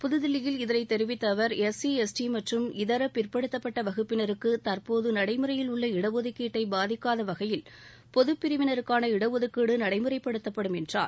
புதுதில்லியில் இதனைத் தெரிவித்த அவர் எஸ் சி எஸ் டி மற்றும் இதர பிற்படுத்தப்பட்ட வகுப்பினருக்கு தற்போது நடைமுறையில் உள்ள இடஒதுக்கீட்டை பாதிக்காத வகையில் பொதுப்பிரிவினருக்கான இடஒதுக்கீடு நடைமுறைபடுத்தப்படும் என்றார்